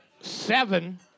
seven